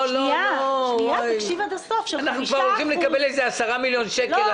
אנחנו כבר הולכים לקבל איזה 10 מיליון שקל.